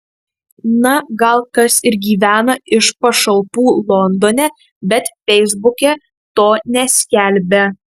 na gal kas ir gyvena iš pašalpų londone bet feisbuke to neskelbia